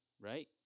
right